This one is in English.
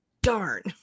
darn